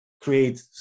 create